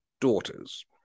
daughters